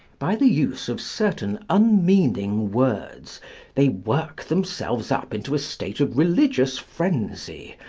by the use of certain unmeaning words they work themselves up into a state of religious frenzy,